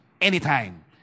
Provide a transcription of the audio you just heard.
anytime